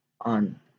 on